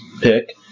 pick